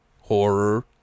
horror